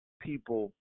people